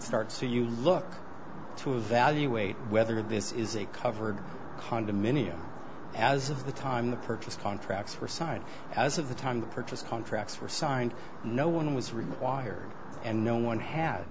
start so you look to evaluate whether this is a covered condominium as of the time the purchase contracts were signed as of the time the purchase contracts were signed no one was required and no one had